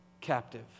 captive